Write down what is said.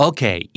Okay